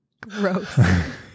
Gross